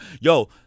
yo